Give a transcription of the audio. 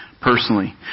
personally